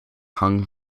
hung